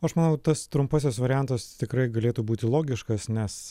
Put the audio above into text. aš manau tas trumpasis variantas tikrai galėtų būti logiškas nes